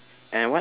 and what